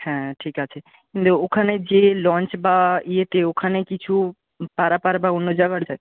হ্যাঁ ঠিক আছে কিন্তু ওখানে যে লঞ্চ বা ইয়েতে ওখানে কিছু পারাপার বা অন্য